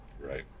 right